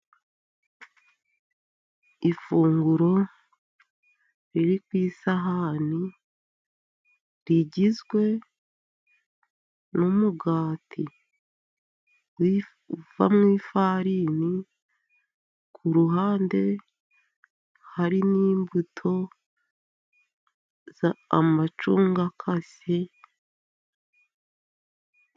Ifunguro riri ku isahani, rigizwe n'umugati uva mu ifarini, ku ruhande hari n'imbuto za amacunga akase..